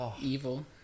Evil